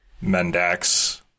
Mendax